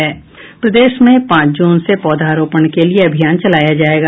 प्रदेश में पांच जून से पौधा रोपण के लिए अभियान चलाया जायेगा